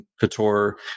Couture